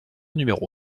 numéro